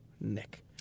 Nick